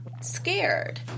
scared